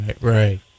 Right